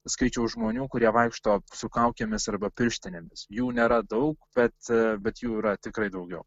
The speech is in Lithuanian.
skaičiaus žmonių kurie vaikšto su kaukėmis arba pirštinėmis jų nėra daug bet bet jų yra tikrai daugiau